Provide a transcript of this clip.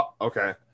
Okay